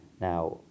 Now